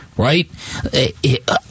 Right